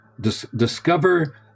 Discover